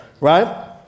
right